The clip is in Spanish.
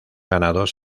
ganados